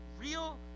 real